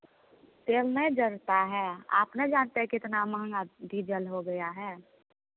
तेल नहीं जलता है आप नहीं जानते कितना महँगा डीजल हो गया है